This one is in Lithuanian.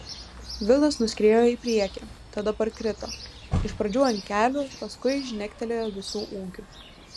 vilas nuskriejo į priekį tada parkrito iš pradžių ant kelių paskui žnektelėjo visu ūgiu